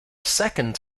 second